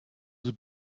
the